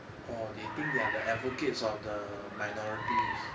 or they think they are the advocates of the minority